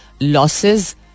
Losses